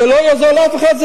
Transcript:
זה לא יעזור לאף אחד,